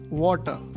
water